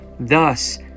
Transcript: Thus